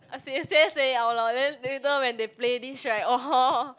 I say say say it out loud then later when they play this right [orh hor]